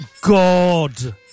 God